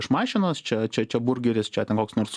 iš mašinos čia čia čia burgeris čia ten koks nors